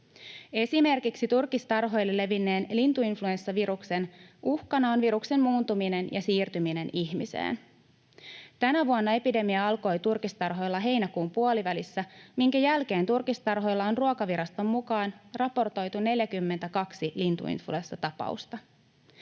Esimerkiksi turkistarhoille levinneen lintuinfluenssaviruksen uhkana on viruksen muuntuminen ja siirtyminen ihmiseen. Tänä vuonna epidemia alkoi turkistarhoilla heinäkuun puolivälissä, minkä jälkeen turkistarhoilla on Ruokaviraston mukaan raportoitu 42 lintuinfluenssatapausta.